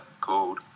called